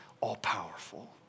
all-powerful